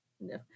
No